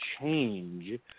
change